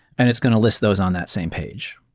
and it's going to list those on that same page.